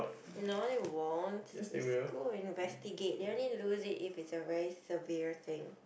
no they won't the school will investigate you only lose it if is a very severe thing